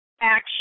action